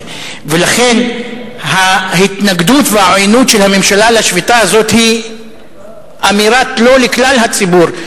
לכן ההתנגדות והעוינות של הממשלה לשביתה הזאת הן אמירת לא לכלל הציבור,